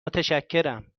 متشکرم